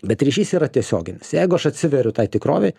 bet ryšys yra tiesioginis jeigu aš atsiveriu tai tikrovei